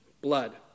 blood